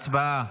הצבעה.